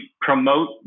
promote